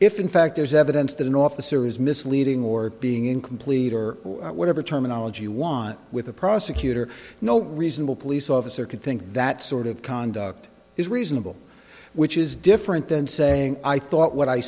if in fact there's evidence that an officer is misleading or being incomplete or whatever terminology you want with a prosecutor no reasonable police officer can think that sort of conduct is reasonable which is different than saying i thought what i